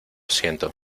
siento